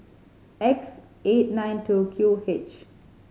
X eight nine two Q H